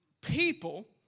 people